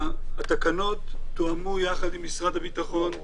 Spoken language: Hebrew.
התקנות תואמו יחד עם משרד הביטחון,